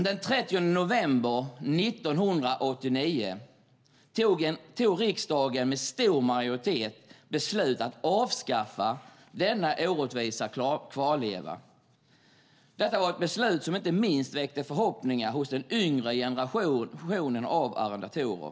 Den 30 november 1989 tog riksdagen med stor majoritet beslut om att avskaffa denna orättvisa kvarleva. Detta var ett beslut som väckte förhoppningar inte minst hos den yngre generationen av arrendatorer.